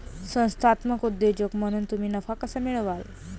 संस्थात्मक उद्योजक म्हणून तुम्ही नफा कसा मिळवाल?